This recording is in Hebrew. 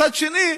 מצד שני,